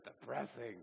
depressing